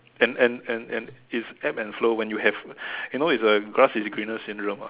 and and and and it's ebb and flow when you have you know is a grass is greener syndrome ah